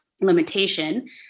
limitation